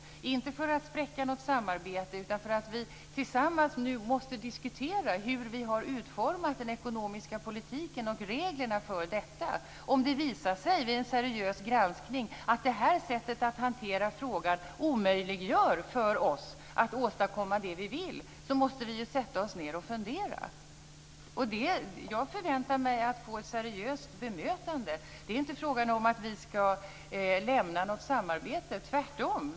Det är inte för att spräcka något samarbete, utan för att vi tillsammans måste diskutera hur vi har utformat reglerna för den ekonomiska politiken. Om det visar sig vid en seriös granskning att det här sättet att hantera frågan omöjliggör för oss att åstadkomma det vi vill, måste vi sätta oss ned och fundera. Jag förväntar mig att få ett seriöst bemötande. Det är inte fråga om att vi skall lämna något samarbete. Tvärtom!